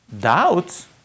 doubts